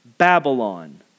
Babylon